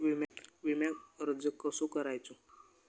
विम्याक अर्ज कसो करायचो?